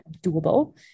doable